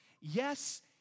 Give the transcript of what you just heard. Yes